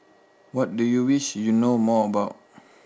what do you wish you know more about